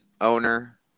owner